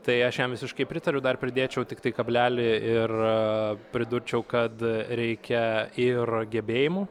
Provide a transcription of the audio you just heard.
tai aš jam visiškai pritariu dar pridėčiau tiktai kablelį ir pridurčiau kad reikia ir gebėjimų